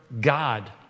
God